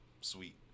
sweet